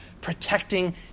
protecting